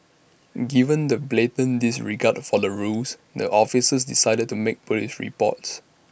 given the blatant disregard for the rules the officer decided to make Police reports